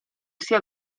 sia